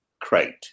crate